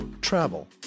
travel